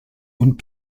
und